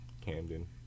Camden